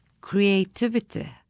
creativity